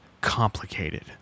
complicated